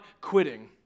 quitting